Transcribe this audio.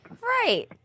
Right